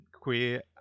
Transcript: queer